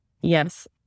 yes